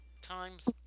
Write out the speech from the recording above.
times